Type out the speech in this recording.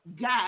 got